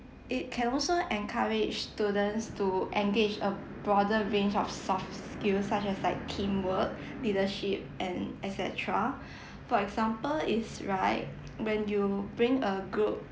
it can also encourage students to engage a broader range of soft skills such as like teamwork leadership and et cetera for example is right when you bring a group